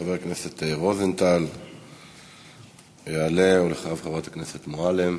חבר הכנסת רוזנטל יעלה, ואחריו, חברת הכנסת מועלם.